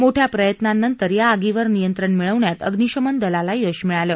मोठ्या प्रयत्नांनंतर या आगीवर नियंत्रण मिळवण्यात अम्निशमन दलाला यश मिळालं